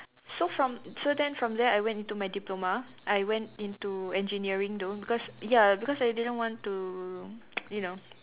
so from so then from there I went into my diploma I went into engineering though because ya because I didn't want to you know